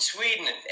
Sweden